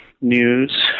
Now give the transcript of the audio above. news